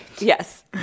Yes